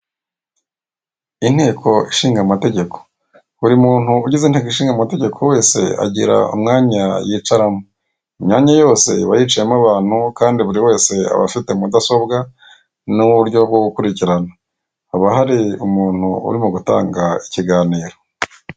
Inteko ishingamategeko buri muntu ugize inteko ishingamategeko wese agira umwanya yicaramo, imyanya yose iba yicayemo abantu kandi buri wese aba afite mudasobwa n'uburyo bwo gukurikirana, haba hari umuntu urimo gutanga ikiganiro.